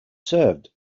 served